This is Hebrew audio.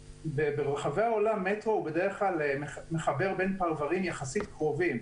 ברחבי העולם מטרו בדרך כלל מחבר בין פרברים יחסית קרובים.